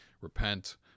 repent